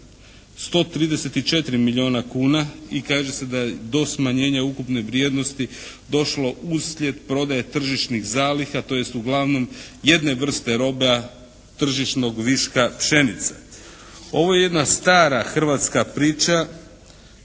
134 milijuna kuna i kaže se da je do smanjenja ukupne vrijednosti došlo usljed prodaje tržišnih zaliha tj. uglavnom jedne vrste roba tržišnog viška pšenice. Ovo je jedna stara hrvatska priča